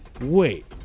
wait